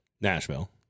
Nashville